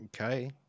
Okay